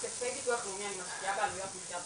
את כספי ביטוח לאומי אני משקיעה בעלויות מחייה בסיסיות.